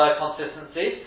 consistency